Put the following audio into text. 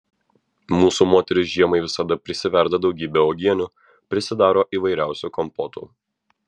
mūsų moterys žiemai visada prisiverda daugybę uogienių prisidaro įvairiausių kompotų